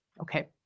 Okay